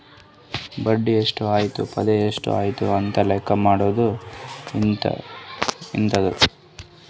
ಬಡ್ಡಿ ಎಷ್ಟ್ ಆಯ್ತು ಫೈದಾ ಎಷ್ಟ್ ಆಯ್ತು ಅಂತ ಲೆಕ್ಕಾ ಮಾಡದು ಇರ್ತುದ್